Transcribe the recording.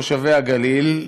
תושבי הגליל,